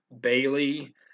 Bailey